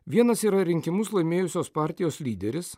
vienas yra rinkimus laimėjusios partijos lyderis